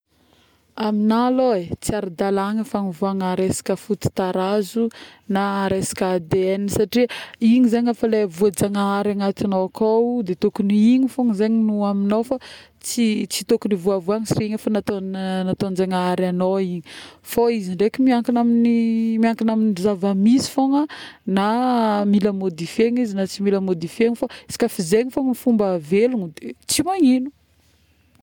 Amigna lôha.ee, tsy ara-dalagna fagnovaovagna resaka foto-tarazon resaka ADN, satria igny zegny fa le efa voajanahary agnatignao akao de tokony igny fogna zagny aminao fa tsy, tsy tokony hovaovagna igny, efa nataon-jagnahary agnao igny, fô izy ndraiky miankigna, miankigna amin'ny zava-misy fôgna na mila modifier-na izy na tsy mila modifier, fô izy ka zegny foagna fomba ahavelogna tsy magnino